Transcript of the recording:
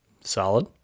Solid